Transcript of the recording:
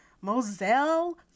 Moselle